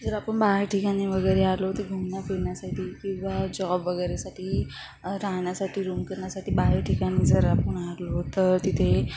जर आपण बाहेर ठिकाणी वगैरे आलो ते घुमण्या फिरण्यासाठी किंवा जॉब वगैरेसाठी राहण्यासाठी रूम करण्यासाठी बाहेर ठिकाणी जर आपण आलो तर तिथे